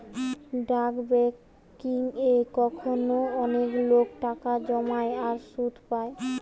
ডাক বেংকিং এ এখনো অনেক লোক টাকা জমায় আর সুধ পায়